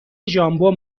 ژامبون